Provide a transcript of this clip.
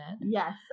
yes